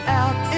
out